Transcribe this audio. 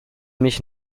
mich